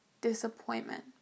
disappointment